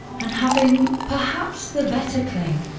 and having perhaps the better claim,